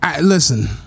Listen